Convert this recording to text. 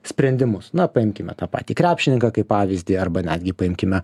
sprendimus na paimkime tą patį krepšininką kaip pavyzdį arba netgi paimkime